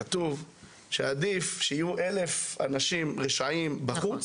כתוב שעדיף שיהיו 1,000 אנשים רשעים בחוץ,